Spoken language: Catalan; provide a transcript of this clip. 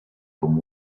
com